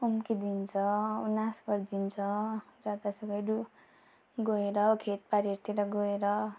उम्किदिन्छ ऊ नाश गरिदिन्छ जतासुकै डु गएर खेतबारीहरूतिर गएर